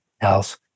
else